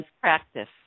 practice